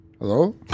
Hello